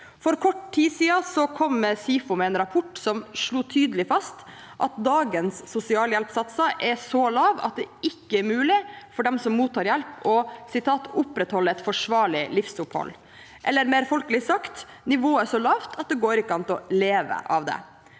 For kort tid siden kom SIFO med en rapport som slo tydelig fast at dagens sosialhjelpssatser er så lave at det ikke er mulig for dem som mottar hjelp, å «opprettholde et forsvarlig livsopphold», eller mer folkelig sagt: Nivået er så lavt at det ikke går an å leve av det.